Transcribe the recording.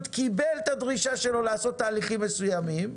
קיבל את הדרישה שלו לעשות תהליכים מסוימים,